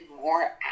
more